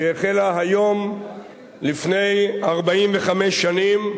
שהחלה היום לפני 45 שנים,